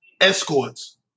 escorts